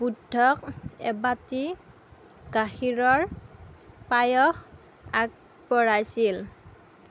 বুদ্ধক এবাটি গাখীৰৰ পায়স আগবঢ়াইছিল